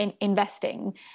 investing